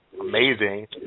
amazing